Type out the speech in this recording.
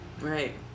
Right